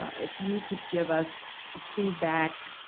ah if you could give us feedback,